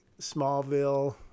Smallville